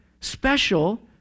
special